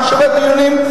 מה שווה דיונים?